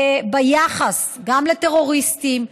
ביחס לטרוריסטים,